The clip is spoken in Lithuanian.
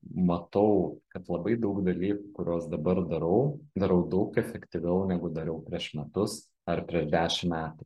matau kad labai daug dalykų kuriuos dabar darau darau daug efektyviau negu dariau prieš metus ar prieš dešim metų